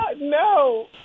no